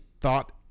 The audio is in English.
thought